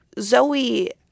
Zoe